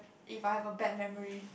if I have a bad memory